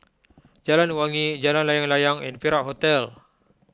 Jalan Wangi Jalan Layang Layang and Perak Hotel